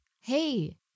Hey